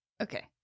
Okay